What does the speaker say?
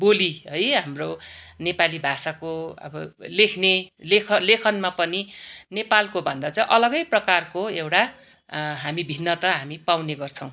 बोली है हाम्रो नेपाली भाषाको अब लेख्ने लेखनमा पनि नेपालको भन्दा चाहिँ अलगै प्रकारको एउटा हामी भिन्नता हामी पाउने गर्छौँ